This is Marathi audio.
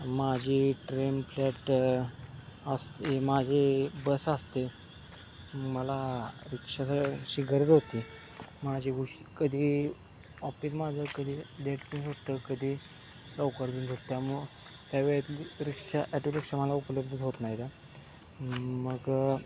माझी ट्रेन फ्लॅट असते माझी बस असते मला रिक्षा घरी गरज होती माझी गोष्ट कधी ऑफिसमधे कधी लेट पण सोडतं कधी लवकर पण सोडतं म त्यावेळत रिक्षा ॲटो रिक्षा मला उपलब्ध होत नाही तर मग